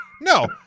no